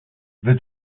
the